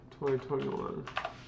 2021